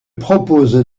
propose